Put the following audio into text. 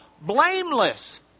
blameless